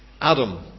Adam